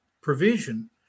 provision